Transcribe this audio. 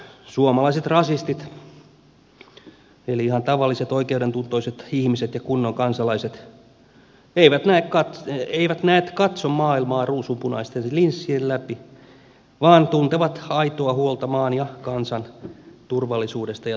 suomalaiset rasistit eli ihan tavalliset oikeudentuntoiset ihmiset ja kunnon kansalaiset eivät näet katso maailmaa ruusunpunaisten linssien läpi vaan tuntevat aitoa huolta maan ja kansan turvallisuudesta ja tulevaisuudesta